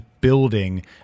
building